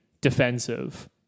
defensive